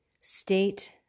state